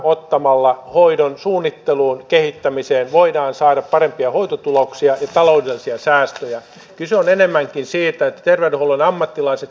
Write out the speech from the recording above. vastoin eräitä käsityksiä suomessa on elämää myös pääkaupunkiseudun ja taloudellisia säästöjä kyse on enemmän siitä suurimpien kasvukeskusten ulkopuolella